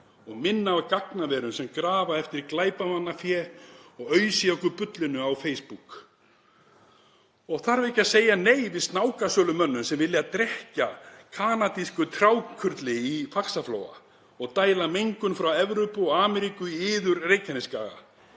og minna af gagnaverum sem grafa eftir glæpamannafé og ausa í okkur bullinu á Facebook? Og þarf ekki að segja nei við snákasölumönnum sem vilja drekkja kanadísku trjákurli í Faxaflóa og dæla mengun frá Evrópu og Ameríku í iður Reykjanesskaga?